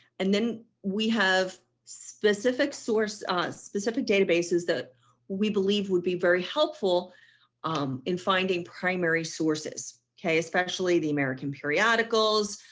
and then we have specific source um specific databases that we believe would be very helpful in finding primary sources. okay, especially the american periodicals.